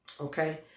okay